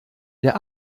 der